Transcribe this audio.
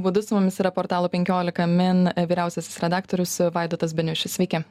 būdu su mumis yra portalo penkiolika min vyriausiasis redaktorius vaidotas beniušis sveiki